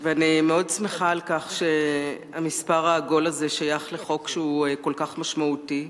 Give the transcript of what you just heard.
ואני מאוד שמחה על כך שהמספר העגול הזה שייך לחוק שהוא כל כך משמעותי,